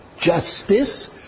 justice